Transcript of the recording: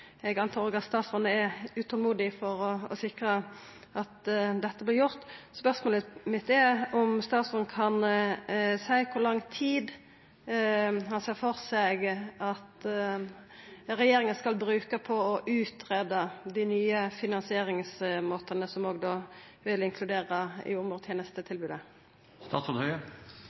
eg reknar med at statsråden òg er utålmodig etter å sikra at dette vert gjort. Spørsmålet mitt er om statsråden kan seia kor lang tid han ser for seg at regjeringa skal bruka på å greia ut dei nye finansieringsmåtane, som òg da vil inkludera